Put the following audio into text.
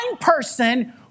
person